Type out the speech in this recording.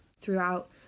throughout